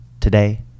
today